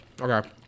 okay